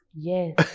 Yes